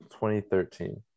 2013